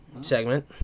segment